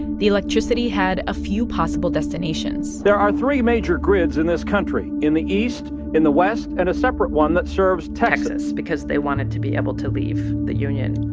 the electricity had a few possible destinations there are three major grids in this country in the east, in the west and a separate one that serves texas texas because they wanted to be able to leave the union.